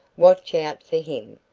watch out for him.